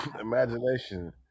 Imagination